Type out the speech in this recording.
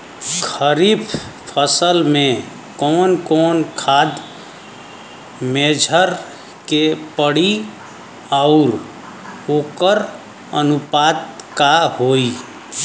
खरीफ फसल में कवन कवन खाद्य मेझर के पड़ी अउर वोकर अनुपात का होई?